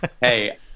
hey